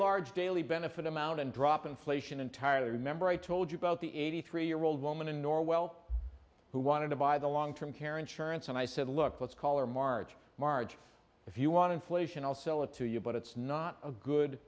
large daily benefit amount and drop inflation entirely remember i told you about the eighty three year old woman in norwell who wanted to buy the long term care insurance and i said look let's call her marge marge if you want inflation i'll sell it to you but it's not a good